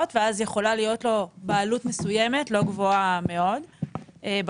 ואז יכולה להיות לו בעלות מסוימת לא גבוהה מאוד בגוף,